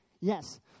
Yes